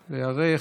להיערך.